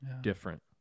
different